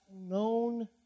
known